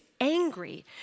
angry